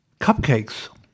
cupcakes